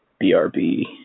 BRB